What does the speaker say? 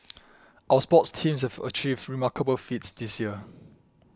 our sports teams have achieved remarkable feats this year